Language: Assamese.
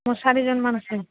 মোৰ চাৰিজনমান আছে